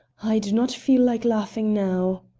i do not feel like laughing now.